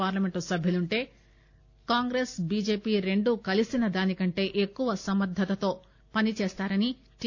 parliament సభ్యులుంటే Congress BJP రెండు కలిసినదానికంటే ఎక్కువ సమర్గతతో పనిచేస్తారని టి